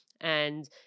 And-